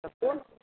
तो कौन